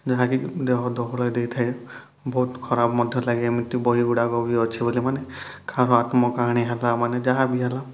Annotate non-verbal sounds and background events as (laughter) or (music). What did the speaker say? ଯାହାକି ଦେହ ଦୋହଲାଇ ଦେଇଥାଏ ବହୁତ ଖରାପ ମଧ୍ୟ ଲାଗେ ଏମିତି ବହିଗୁଡ଼ାକ ବି ଅଛି ବୋଲି ମାନେ (unintelligible) ଆତ୍ମ କାହାଣୀ ହେଲା ମାନେ ଯାହାବି ହେଲା